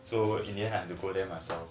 so in the end I have to go there myself